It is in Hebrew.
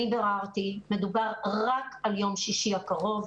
מדובר רק על יום שישי הקרוב.